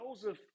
Joseph